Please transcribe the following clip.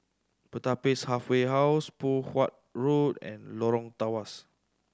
Pertapis Halfway House Poh Huat Road and Lorong Tawas